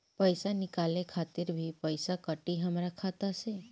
पईसा निकाले खातिर भी पईसा कटी हमरा खाता से?